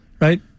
right